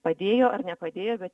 padėjo ar nepadėjo bet